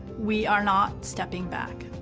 we are not stepping back.